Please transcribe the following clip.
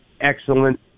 excellent